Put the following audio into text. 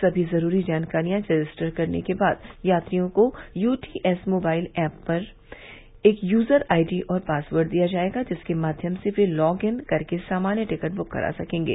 समी जरूरी जानकारियां रजिस्टर करने के बाद यात्रियों को U T S mobile app पर एक यूजर आई डी और पासवर्ड दिया जाएगा जिसके माध्यम से वे लॉग इन करके सामान्य टिकट बुक करा सकेंगे